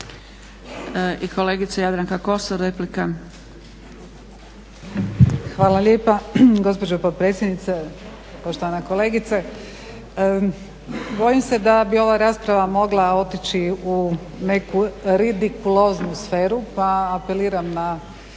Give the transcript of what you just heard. Hvala lijepa. Gospođo potpredsjednice, poštovana kolegice. Bojim se da bi ova rasprava mogla otići u neku ridikuloznu sferu, pa apeliram na